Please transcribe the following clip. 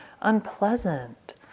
unpleasant